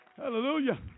Hallelujah